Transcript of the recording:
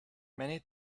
many